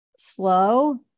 Slow